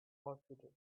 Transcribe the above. hospital